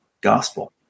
gospel